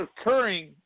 occurring